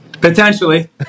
Potentially